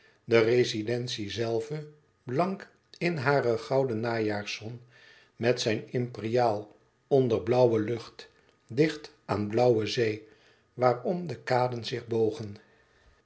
de rezidentie zelve blank in hare gouden najaarszon met zijn imperiaal onder blauwe lucht dicht aan blauwe zee waarom de kaden zich bogen